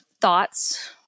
thoughts